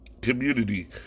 community